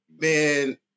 man